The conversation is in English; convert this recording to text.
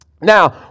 Now